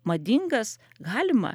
madingas galima